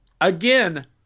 Again